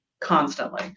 constantly